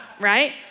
right